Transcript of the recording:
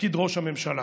לתפקיד ראש הממשלה.